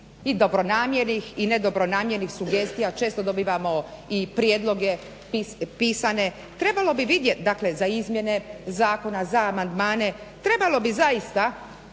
i dobronamjernih i nedobronamjernih sugestija. Često dobivamo i prijedloge pisane. Trebalo bi vidjet, dakle za izmjene zakona, za amandmane. Trebalo bi zaista